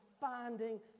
finding